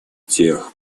тех